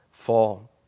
fall